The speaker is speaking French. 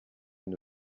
une